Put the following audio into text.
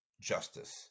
justice